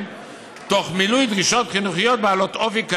תוך מילוי דרישות חינוכיות בעלות אופי כלל,